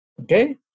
okay